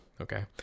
Okay